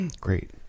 Great